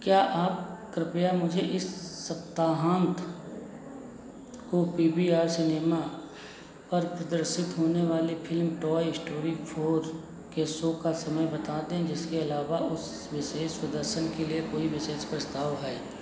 क्या आप कृपया मुझे इस सप्ताहांत को पी वी आर सिनेमा पर प्रदर्शित होने वाली फ़िल्म टॉय स्टोरी फोर के सो का समय बता दें जिसके अलावा उस विशेष प्रदर्शन के लिए कोई विशेष प्रस्ताव है